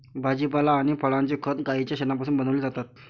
भाजीपाला आणि फळांचे खत गाईच्या शेणापासून बनविलेले जातात